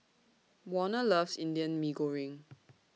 Warner loves Indian Mee Goreng